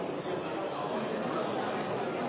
synet